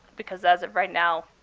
because as of right now,